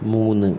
മൂന്ന്